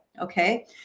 okay